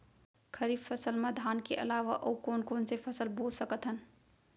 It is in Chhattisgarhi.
खरीफ फसल मा धान के अलावा अऊ कोन कोन से फसल बो सकत हन?